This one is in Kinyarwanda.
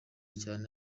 cyane